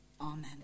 Amen